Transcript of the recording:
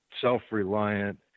self-reliant